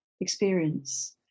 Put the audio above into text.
experience